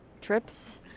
trips